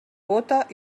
bóta